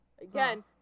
Again